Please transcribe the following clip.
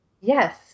Yes